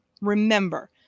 Remember